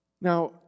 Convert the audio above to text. Now